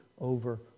over